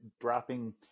dropping